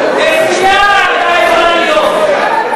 נשיאה הייתה יכולה להיות.